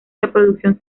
reproducción